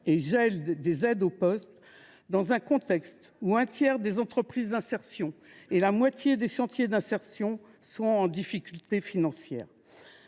le gel – des aides au poste, dans un contexte où un tiers des entreprises d’insertion et la moitié des chantiers d’insertion sont en difficulté financière.